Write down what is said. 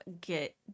get